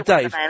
Dave